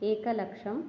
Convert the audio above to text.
एकलक्षम्